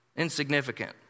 insignificant